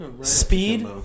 speed